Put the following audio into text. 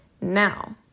Now